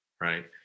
right